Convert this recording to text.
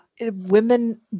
women